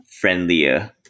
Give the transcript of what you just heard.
friendlier